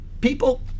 People